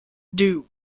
due